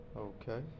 Okay